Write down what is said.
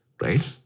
right